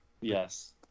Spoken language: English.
Yes